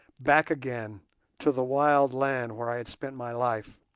back again to the wild land where i had spent my life,